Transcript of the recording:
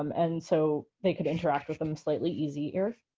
um and so they could interact with them slightly easier.